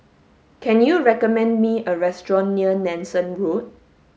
can you recommend me a restaurant near Nanson Road